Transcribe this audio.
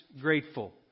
grateful